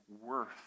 worth